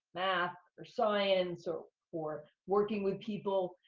math or science or or working with people.